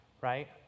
Right